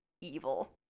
evil